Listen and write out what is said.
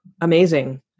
amazing